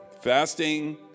Fasting